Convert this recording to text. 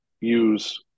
use